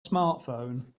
smartphone